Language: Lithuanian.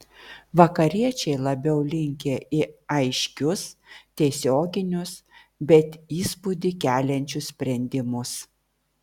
vakariečiai labiau linkę į aiškius tiesioginius bet įspūdį keliančius sprendimus